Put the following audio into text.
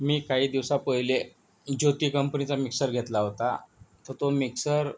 मी काही दिवसा पहिले ज्योती कंपनीचा मिक्सर घेतला होता तर तो मिक्सर